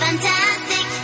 Fantastic